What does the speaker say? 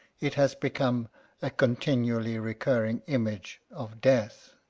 it has become a continually recurring image of death.